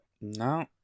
No